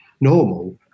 normal